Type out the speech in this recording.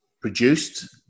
produced